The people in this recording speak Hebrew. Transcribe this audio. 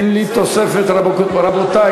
אדוני יושב-ראש ועדת הכספים,